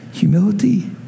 Humility